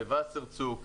לוסרצוג,